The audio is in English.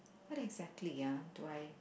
what exactly ah do I